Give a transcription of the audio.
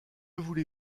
voulez